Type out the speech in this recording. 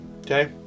Okay